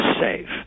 safe